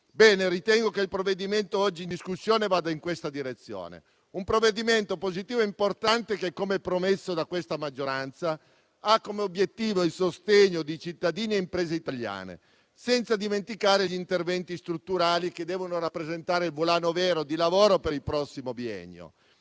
Ritengo che il provvedimento oggi in discussione vada in questa direzione: un provvedimento positivo e importante che, come promesso da questa maggioranza, ha come obiettivo il sostegno di cittadini e imprese italiane, senza dimenticare gli interventi strutturali che devono rappresentare il volano vero di lavoro per il prossimo biennio.